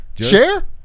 Share